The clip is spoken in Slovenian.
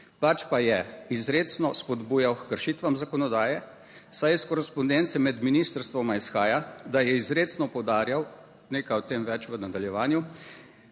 pač pa je izrecno spodbujal h kršitvam zakonodaje, saj iz korespondence med ministrstvoma izhaja, da je izrecno poudarjal, nekaj o tem več v nadaljevanju,